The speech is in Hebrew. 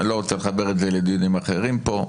אני לא רוצה לחבר את זה לדיונים אחרים פה.